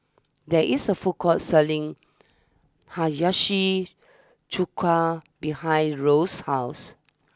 there is a food court selling Hiyashi Chuka behind Rose's house